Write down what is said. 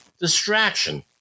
Distraction